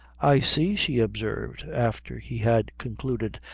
i see, she observed, after he had concluded,